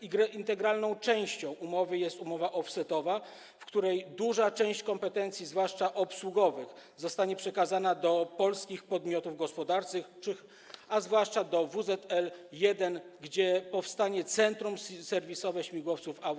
Integralną częścią umowy jest umowa offsetowa, w ramach której duża część kompetencji, zwłaszcza obsługowych, zostanie przekazana do polskich podmiotów gospodarczych, zwłaszcza do WZL-1, gdzie powstanie centrum serwisowe śmigłowców AW101.